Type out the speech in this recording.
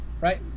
right